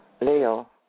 Leo